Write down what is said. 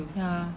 ya